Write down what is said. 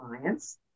clients